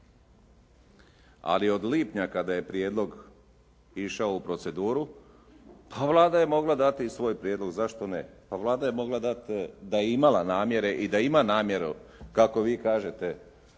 Ali od lipnja kada je prijedlog išao u proceduru pa Vlada je mogla dati i svoj prijedlog. Zašto ne? Pa Vlada je mogla dati da je imala namjere i da ima namjeru kako vi kažete